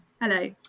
Hello